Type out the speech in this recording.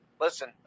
Listen